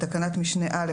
בתקנת משנה (א),